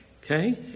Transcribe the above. Okay